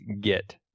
get